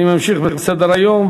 אני ממשיך בסדר-היום.